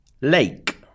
Lake